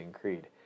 Creed